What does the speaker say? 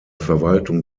verwaltung